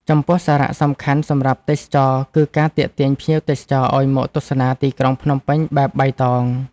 ចំពោះសារៈសំខាន់សម្រាប់ទេសចរណ៍ គឺការទាក់ទាញភ្ញៀវបរទេសឱ្យមកទស្សនាទីក្រុងភ្នំពេញបែបបៃតង។